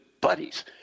buddies